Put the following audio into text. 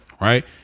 right